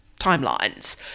timelines